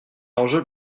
l’enjeu